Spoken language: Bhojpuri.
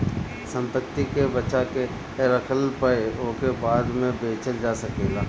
संपत्ति के बचा के रखला पअ ओके बाद में बेचल जा सकेला